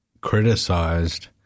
criticized